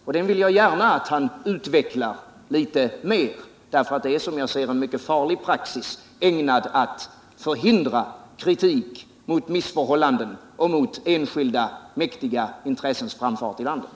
Jag vill gärna att industriministern utvecklar detta litet mera, därför att det — som jag ser saken — är en mycket farlig praxis, ägnad att förhindra kritik mot missförhållanden och mot enskilda mäktiga intressens framfart i landet.